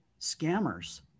scammers